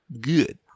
good